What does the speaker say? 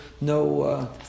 no